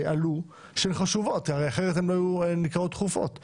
דחופות לסדר שהן חשובות כי אחרת הן לא היו נקראות דחופות.